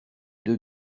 deux